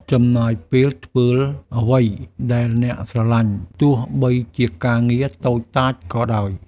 ចំណាយពេលធ្វើអ្វីដែលអ្នកស្រឡាញ់ ទោះបីជាការងារតូចតាចក៏ដោយ។